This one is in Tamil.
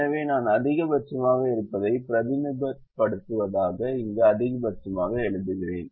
எனவே நான் அதிகபட்சமாக இருப்பதை பிரதிநிதித்துவப்படுத்துவதற்காக இங்கு அதிகபட்சமாக எழுதுகிறேன்